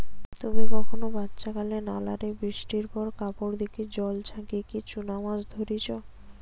তুমি কখনো বাচ্চাকালে নালা রে বৃষ্টির পর কাপড় দিকি জল ছাচিকি চুনা মাছ ধরিচ?